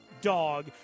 dog